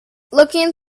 looking